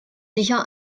sicher